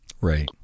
Right